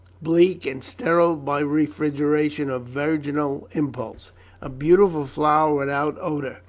bleak and sterile by refrigeration of virginal impulse a beautiful flower without odour,